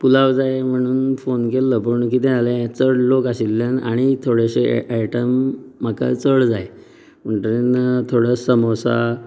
पुलाव जाय म्हणून फोन केल्लो पूण कितें जालें चड लोक आशिल्यान आनीक थोडेशें आयटम म्हाका चड जाय म्हणटगीर थोडे सामोसा